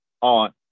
on